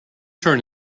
turn